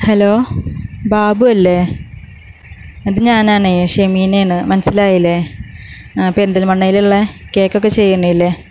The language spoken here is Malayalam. ഹലോ ബാബുവല്ലേ ഇത് ഞാനാണേ ഷെമീനയാണ് മനസിലായില്ലേ പെരിന്തൽമണ്ണയിലുള്ള കേക്കൊക്കെ ചെയ്യുന്നതില്ലെ